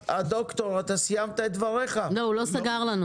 השתרשה פרקטיקה או נוהג שיוצרת גם הסתמכות אצל המגדלים